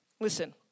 Listen